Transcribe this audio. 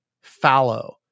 fallow